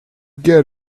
get